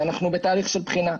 ואנחנו בתהליך של בחינה.